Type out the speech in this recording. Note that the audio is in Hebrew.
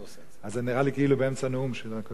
אז זה נראה לי כאילו באמצע נאום, של הקודם.